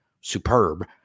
superb